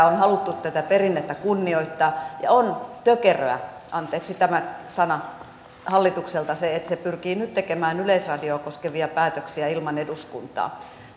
on haluttu tätä perinnettä kunnioittaa ja on tökeröä anteeksi tämä sana hallitukselta että se pyrkii nyt tekemään yleisradiota koskevia päätöksiä ilman eduskuntaa